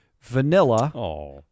vanilla